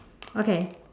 okay